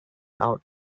out